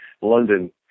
London